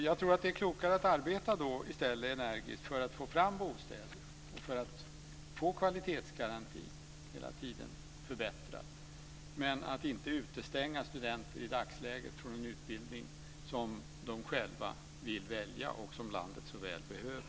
Jag tror att det är klokare då att i stället arbeta energiskt för att få fram bostäder och för att få kvalitetsgaranti och hela tiden förbättra, men att inte utestänga studenter i dagsläget från en utbildning som de själva vill välja och som landet så väl behöver.